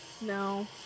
No